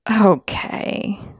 Okay